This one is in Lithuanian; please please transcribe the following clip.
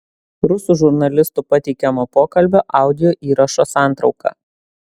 rusų žurnalistų pateikiamo pokalbio audio įrašo santrauka